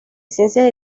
ciencias